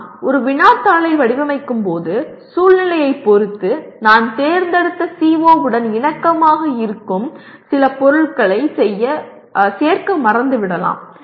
நான் ஒரு வினாத்தாளை வடிவமைக்கும்போது சூழ்நிலையைப் பொறுத்து நான் தேர்ந்தெடுத்த CO உடன் இணக்கமாக இருக்கும் சில பொருட்களைச் சேர்க்க மறந்துவிடலாம்